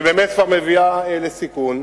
שבאמת כבר מביאה לסיכון,